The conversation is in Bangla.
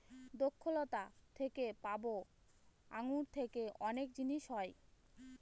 দ্রক্ষলতা থেকে পাবো আঙ্গুর থেকে অনেক জিনিস হয়